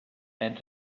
and